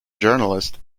journalist